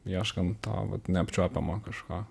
ieškant to vat neapčiuopiamo kažko